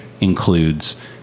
includes